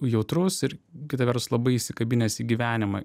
jautrus ir kita vertus labai įsikabinęs į gyvenimą